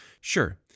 Sure